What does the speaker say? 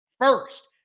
First